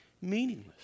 meaningless